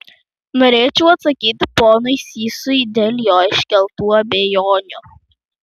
norėčiau atsakyti ponui sysui dėl jo iškeltų abejonių